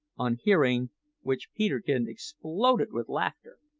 on hearing which peterkin exploded with laughter.